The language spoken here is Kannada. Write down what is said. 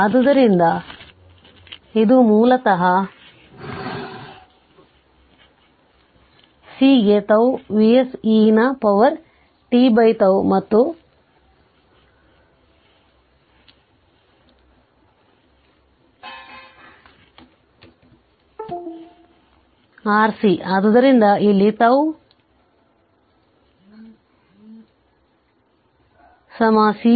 ಆದ್ದರಿಂದ ಇದು ಮೂಲತಃ c ಗೆ τ Vs e ನ ಪವರ್ tτ ಮತ್ತು τ RC ಆದ್ದರಿಂದ ಇಲ್ಲಿ τ CR ಹೇಳಿ